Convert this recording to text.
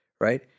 right